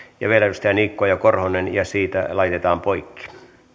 ja vielä edustajat niikko ja korhonen ja siitä laitetaan poikki